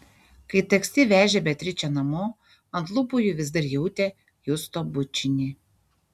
kai taksi vežė beatričę namo ant lūpų ji vis dar jautė justo bučinį